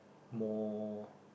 more